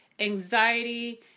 anxiety